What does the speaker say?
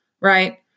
right